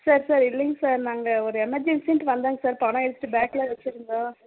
sir sir இல்லைங்க sir நாங்கள் ஒரு எமர்ஜென்ஸின்ட்டு வந்தேங்க சார் பணம் எடுத்து பேக்கில் வச்சுருந்தோம்